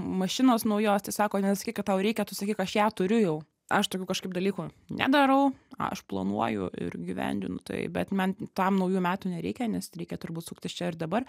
mašinos naujos tai sako nesakyk kad tau reikia tu sakyk aš ją turiu jau aš tokių kažkaip dalykų nedarau aš planuoju ir įgyvendinu tai bet man tam naujų metų nereikia nes reikia turbūt suktis čia ir dabar